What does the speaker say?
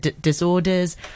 disorders